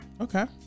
Okay